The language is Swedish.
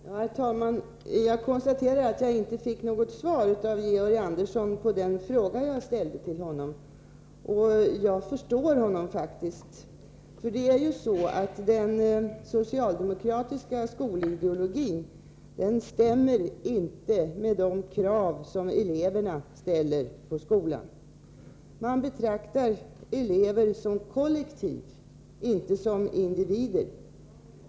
Herr talman! Jag konstaterar att jag inte fick något svar av Georg Andersson på den fråga jag ställde till honom, och jag förstår honom faktiskt. Den socialdemokratiska skolideologin stämmer ju inte med de krav som eleverna ställer på skolan. Man betraktar elever som kollektiv, inte som individer.